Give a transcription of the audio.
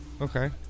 Okay